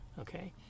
okay